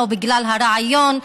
לא בגלל הרעיון,